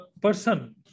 person